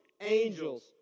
angels